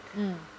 mm